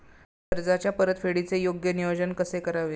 कर्जाच्या परतफेडीचे योग्य नियोजन कसे करावे?